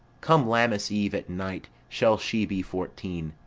come lammas eve at night shall she be fourteen.